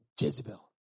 Jezebel